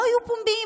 לא יהיו פומביים,